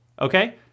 okay